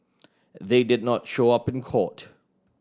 they did not show up in court